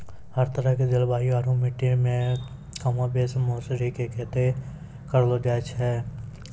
हर तरह के जलवायु आरो मिट्टी मॅ कमोबेश मौसरी के खेती करलो जाय ल सकै छॅ